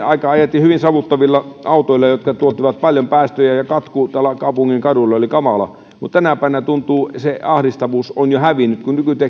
yhdeksänkymmentä aikaan ajettiin hyvin savuttavilla autoilla jotka tuottivat paljon päästöjä ja katku kaupungin kaduilla oli kamala mutta tänä päivänä se ahdistavuus on jo hävinnyt kun